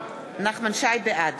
בעד